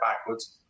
backwards